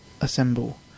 Assemble